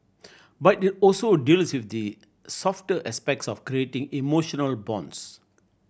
but it also deals with the softer aspects of creating emotional bonds